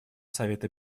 совета